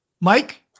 Mike